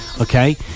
Okay